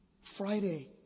Friday